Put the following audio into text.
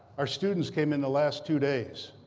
our students came in the last two days.